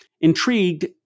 Intrigued